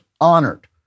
honored